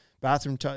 bathroom